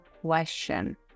question